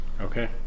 Okay